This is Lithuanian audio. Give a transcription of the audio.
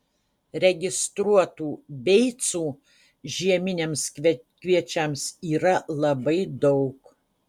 registruotų beicų žieminiams kviečiams yra labai daug